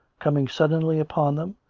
coming suddenly upon them,